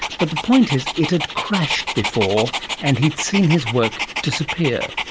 but the point is it had crashed before and he'd seen his work disappear.